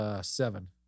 Seven